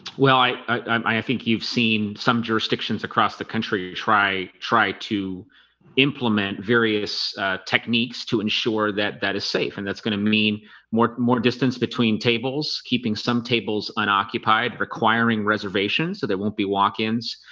well, i i um i i think you've seen some jurisdictions across the country try try to implement various ah techniques to ensure that that is safe and that's gonna mean more more distance between tables keeping some tables unoccupied requiring reservations, so there won't be walk-ins